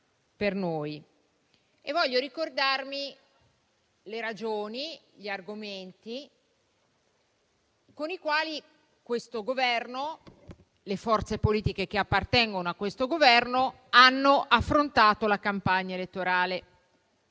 Voglio ricordarmi le ragioni e gli argomenti con i quali questo Governo e le forze politiche che appartengono a questo Governo hanno affrontato la campagna elettorale.